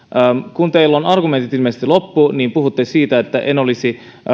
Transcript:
kun teillä on argumentit ilmeisesti loppu niin puhutte siitä että en olisi